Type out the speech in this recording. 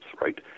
right